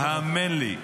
האמן לי,